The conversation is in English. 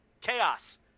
Chaos